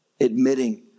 admitting